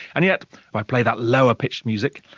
and yet, if i play that lower-pitched music,